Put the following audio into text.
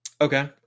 Okay